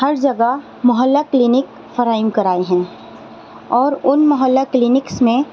ہر جگہ محلہ کلینک فراہم کرائے ہیں اور ان محلہ کلینکس میں